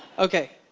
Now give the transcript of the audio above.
ok,